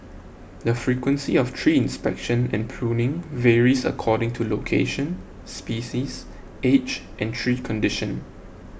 the frequency of tree inspection and pruning varies according to location species age and tree condition